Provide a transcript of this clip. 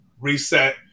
reset